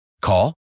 Call